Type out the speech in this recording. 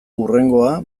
hurrengoa